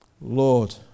Lord